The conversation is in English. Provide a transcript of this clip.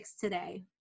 today